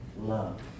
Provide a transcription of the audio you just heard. love